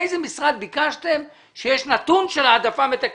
מאיזה משרד ביקשתם לראות שיש נתון של העדפה מתקנת?